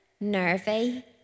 nervy